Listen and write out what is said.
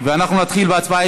ואנחנו נתחיל בהצבעה.